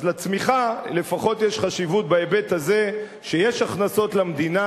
אז לצמיחה לפחות יש חשיבות בהיבט הזה שיש הכנסות למדינה,